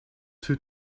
too